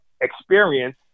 experience